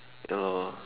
ya lor